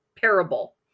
parable